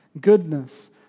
goodness